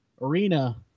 arena